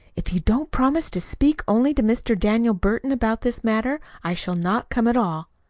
if you don't promise to speak only to mr. daniel burton about this matter i shall not come at all.